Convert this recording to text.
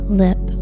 lip